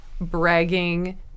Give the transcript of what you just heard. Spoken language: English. bragging